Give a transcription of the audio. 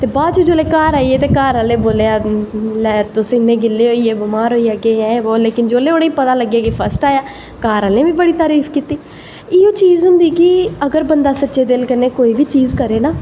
ते बाद च जिसलै आइयै ते घर आह्ले बोला दे हे तुस इन्ने गिल्ले होई गे बमार होई जाह्गे जां जिसले उनेगी पता लग्गेआ कि फस्ट आया घर आह्लें बी बड़ा कारीफ कीती ओह् चीज होंदी अगर बंदा सच्चे दिल कन्नै कोई बी चीज़ करे ना